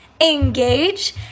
engage